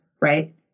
right